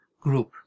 group